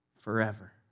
forever